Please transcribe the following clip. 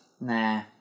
Nah